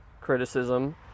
criticism